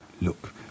Look